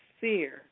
fear